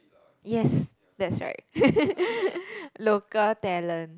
yes that's right local talent